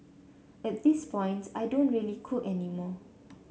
at this point I don't really cook any more